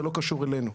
זה לא קשור אלינו.